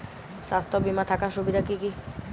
স্বাস্থ্য বিমা থাকার সুবিধা কী কী?